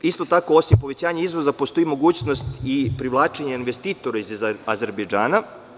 Isto tako, osim povećanja izvoza postoji mogućnost i privlačenja investitora iz Azerbejdžana.